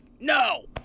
No